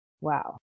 Wow